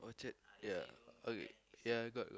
ya okay ya I got